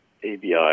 ABI